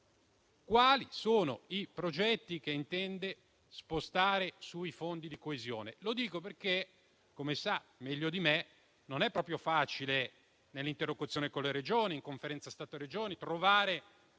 Quali sono i progetti che intende spostare sui fondi di coesione? Lo chiedo perché, come sa meglio di me, non è proprio facile nell'interlocuzione con le Regioni, in Conferenza Stato-Regioni, trovare